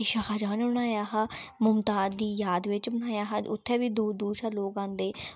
एह् शाहजहां ने बनाया हा मुमताज दी याद बिच्च बनाया हा उत्थै बी दूर दूर शा लोक आंदे